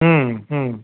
हं हं